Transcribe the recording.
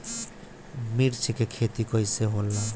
मिर्च के खेती कईसे होला?